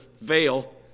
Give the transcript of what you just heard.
veil